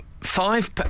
five